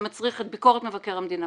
מצריך קודם את ביקורת מבקר המדינה.